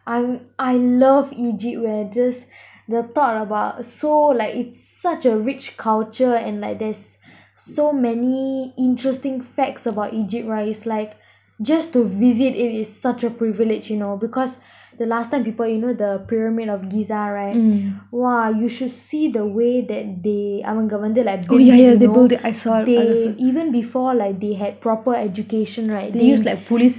I'm I love egypt where just the thought about so like it's such a rich culture and like there's so many interesting facts about egypt right it's like just to visit it is such a privilege you know because the last time people you know the pyramid of giza right !wah! you should see the way that they அவங்க வந்து:avanga vanthu you know they even before like they had proper education right they